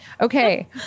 okay